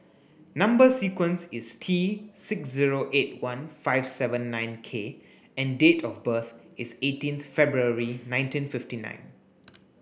number sequence is T six zero eight one five seven nine K and date of birth is eighteenth February nineteen fifty nine